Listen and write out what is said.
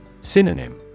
Synonym